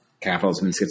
capitalism